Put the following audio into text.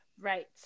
Right